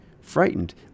Frightened